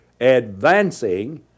advancing